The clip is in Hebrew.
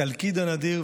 התלכיד הנדיר,